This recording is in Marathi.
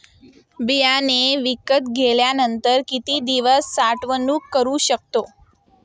बियाणे विकत घेतल्यानंतर किती दिवस साठवणूक करू शकतो?